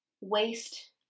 waste